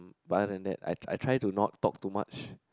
but other than that I I try to no talk too much